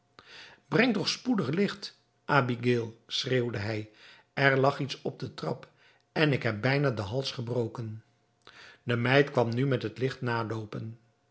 breng toch spoedig licht abigaël schreeuwde hij er lag iets op den trap en ik heb bijna den hals gebroken de meid kwam nu met het licht aanloopen